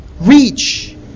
reach